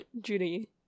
Judy